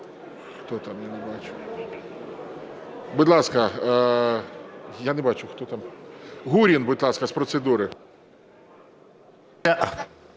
до 10 хвилин. Будь ласка, я не бачу, хто там? Гурін, будь ласка, з процедури.